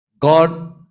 God